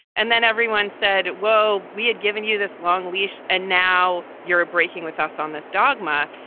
and then everyone said, well, we had given you this long leash and now you're breaking with us on this dogma.